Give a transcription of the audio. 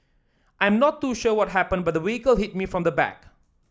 I am not too sure what happened but the vehicle hit me from the back